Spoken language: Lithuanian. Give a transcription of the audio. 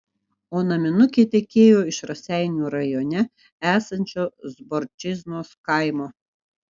o naminukė tekėjo iš raseinių rajone esančio zborčiznos kaimo